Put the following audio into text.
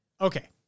Okay